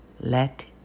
Let